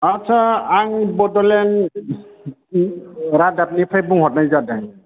आदसा आं बड'लेण्ड रादाबनिफ्राय बुंहरनाय जादों